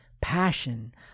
passion